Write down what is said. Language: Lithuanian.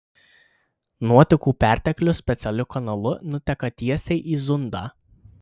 nuotekų perteklius specialiu kanalu nuteka tiesiai į zundą